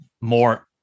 more